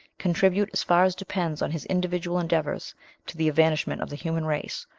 contribute as far as depends on his individual endeavours to the evanishment of the human race,